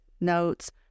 notes